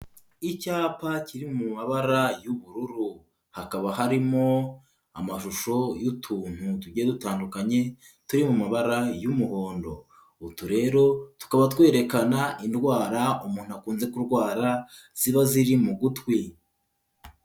Icyapa kiri mu mabara y'ubururu, hakaba harimo amashusho y'utuntu tugiye dutandukanye turi mu mabara y'umuhondo, utu rero tukaba twerekana indwara umuntu akunze kurwara ziba ziri mu gutwi.